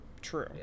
True